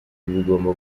bigomba